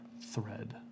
thread